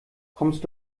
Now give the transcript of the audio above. kommst